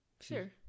Sure